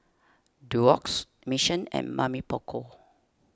Doux Mission and Mamy Poko